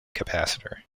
capacitor